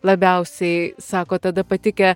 labiausiai sako tada patikę